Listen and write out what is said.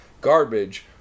garbage